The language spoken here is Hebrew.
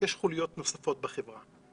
יש חוליות נוספות בחברה.